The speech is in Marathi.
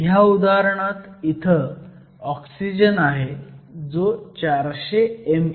ह्या उदाहरणात इथं ऑक्सिजन आहे जो 400 mev किंवा 0